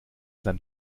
sein